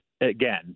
again